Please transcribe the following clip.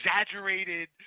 exaggerated